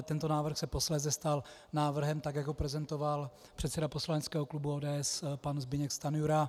Tento návrh se ale posléze stal návrhem tak, jak ho prezentoval předseda poslaneckého klubu ODS pan Zbyněk Stanjura.